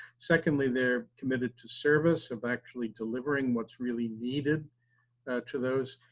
secondly, they're committed to service, of actually delivering what's really needed to those.